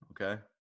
okay